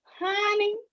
honey